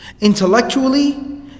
intellectually